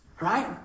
Right